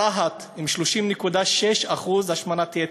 רהט, עם 30.6% השמנת יתר.